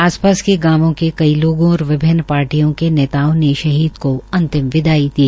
आस पास के गांवों के कई लोगों और विभिन्न पार्टियो के नेताओं ने शहीद को अंतिम विदाई दी